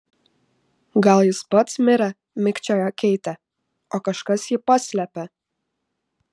gal jis pats mirė mikčiojo keitė o kažkas jį paslėpė